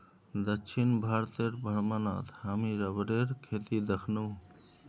दक्षिण भारतेर भ्रमणत हामी रबरेर खेती दखनु